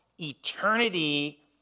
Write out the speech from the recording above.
eternity